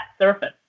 surface